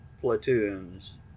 platoons